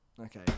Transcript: Okay